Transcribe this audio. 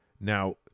Now